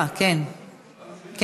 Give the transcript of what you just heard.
אה, כן, אדוני?